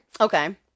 Okay